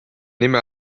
nime